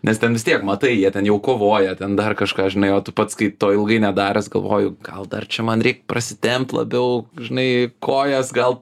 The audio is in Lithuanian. nes ten vis tiek matai jie ten jau kovoja ten dar kažką žinai o tu pats kai to ilgai nedaręs galvoju gal dar čia man reik pasitempt labiau žinai kojas gal